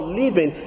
living